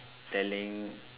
telling